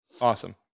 Awesome